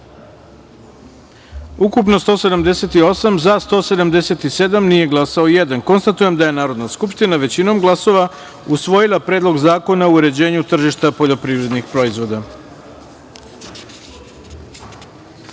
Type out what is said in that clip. ukupno – 178, za – 177, nije glasao – jedan. Konstatujem da je Narodna skupština većinom glasova usvojila Predlog zakona o uređenju tržišta poljoprivrednih proizvoda. Četvrta